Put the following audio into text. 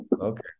okay